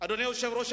אדוני היושב-ראש,